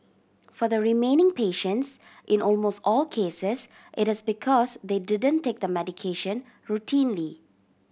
for the remaining patients in almost all cases it is because they didn't take the medication routinely